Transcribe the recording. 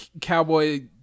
cowboy